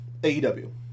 AEW